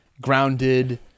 grounded